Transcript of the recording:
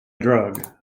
drug